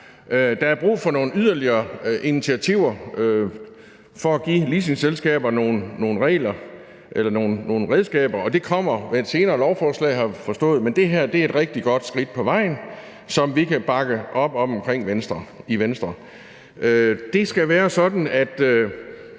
Der er brug for nogle yderligere initiativer for at give leasingselskaber nogle redskaber, og det kommer med et senere lovforslag, har vi forstået, men det her er et rigtig godt skridt på vejen, som vi kan bakke op om i Venstre. Det skal være sådan, at